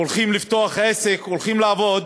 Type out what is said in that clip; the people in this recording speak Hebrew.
הולכים לפתוח עסק, הולכים לעבוד